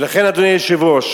ולכן, אדוני היושב-ראש,